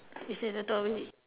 it's the total opposite